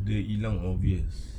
dia hilang obvious